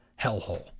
hellhole